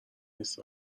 نیست